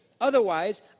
Otherwise